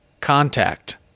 Contact